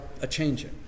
a-changing